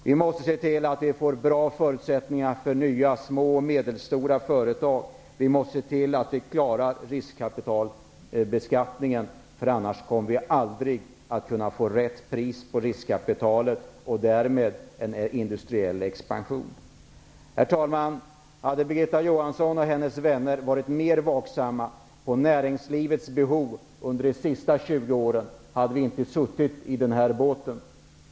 Vi måste se till att förutsättningarna blir bra för nya små och medelstora företag och att vi klarar riskkapitalbeskattningen, annars kommer vi aldrig att få rätt pris på riskkapitalet och därmed inte heller en industriell expansion. Herr talman! Om Birgitta Johansson och hennes vänner under de senaste 20 åren hade varit mer vaksamma på näringslivets behov hade vi inte suttit i den här båten.